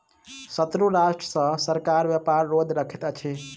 शत्रु राष्ट्र सॅ सरकार व्यापार रोध रखैत अछि